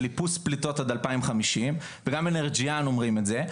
איפוס פליטות עד 2050 וגם אנרג'יאן אומרים את זה,